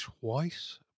twice